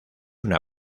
una